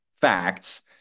facts